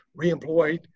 reemployed